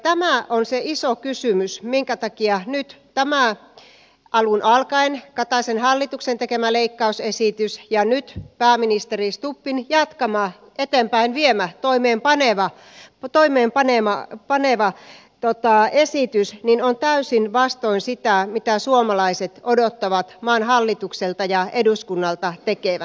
tämä on se iso kysymys minkä takia nyt tämä alun alkaen kataisen hallituksen tekemä leikkausesitys ja nyt pääministeri stubbin jatkama eteenpäinviemä toimeenpanema esitys on täysin vastoin sitä mitä suomalaiset odottavat maan hallituksen ja eduskunnan tekevän